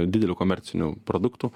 dideliu komerciniu produktu